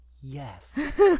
Yes